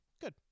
good